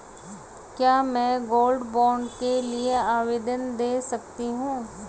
क्या मैं gold bond के लिए आवेदन दे सकती हूँ?